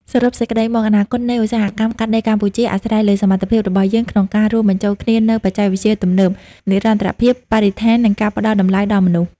សរុបសេចក្ដីមក អនាគតនៃឧស្សាហកម្មកាត់ដេរកម្ពុជា អាស្រ័យលើសមត្ថភាពរបស់យើងក្នុងការរួមបញ្ចូលគ្នានូវបច្ចេកវិទ្យាទំនើប និរន្តរភាពបរិស្ថាន និងការផ្ដល់តម្លៃដល់មនុស្ស។